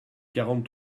quarante